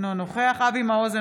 אינו נוכח אבי מעוז,